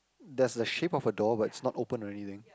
there's the shape of a door but it's not open or anything